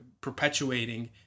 perpetuating